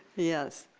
yes.